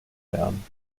lernen